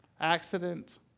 accident